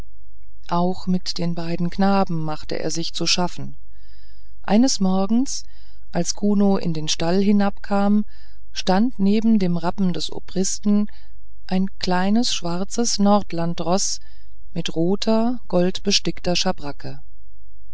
auch mit den beiden knaben machte er sich zu schaffen eines morgens als kuno in den stall hinabkam stand neben dem rappen des obersten ein kleines schwarzes nordlandsroß mit roter goldbestickter schabracke